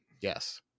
Yes